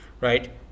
right